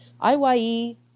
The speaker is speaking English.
I-Y-E